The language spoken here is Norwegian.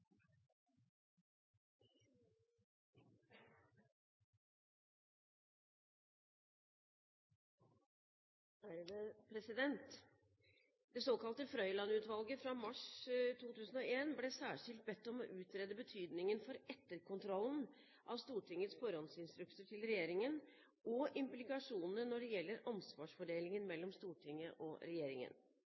nr. 11. Det såkalte Frøiland-utvalget fra mars 2001 ble særskilt bedt om å utrede betydningen for etterkontrollen av Stortingets forhåndsinstrukser til regjeringen, og implikasjonene når det gjelder ansvarsfordelingen mellom Stortinget og regjeringen.